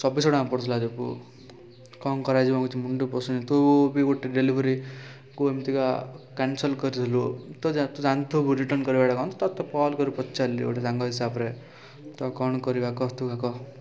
ଛବିଶଶହ ଟଙ୍କା ପଡ଼ିଥିଲା ଦିପୁ କ'ଣ କରାଯିବ କିଛି ମୁଣ୍ଡ ପଶୁନି ତୁ ବି ଗୋଟେ ଡେଲିଭରି କୁ ଏମିତିକା କ୍ୟାନସଲ୍ କରିଥିଲୁ ତ ତୁ ଜାଣିଥିବୁ ରିଟର୍ନ କରିବାଟା କ'ଣ ତ ତୋତେ ଫୋନ୍ କରି ପଚାରିଲି ଗୋଟେ ସାଙ୍ଗ ହିସାବରେ ତ କ'ଣ କରିବା କହ ତୁ ଆ କହ